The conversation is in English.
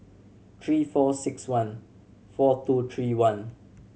three four six one four two three one